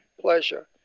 pleasure